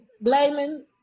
blaming